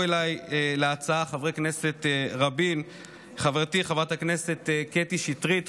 אליי להצעה: חברתי חברת הכנסת קטי שטרית,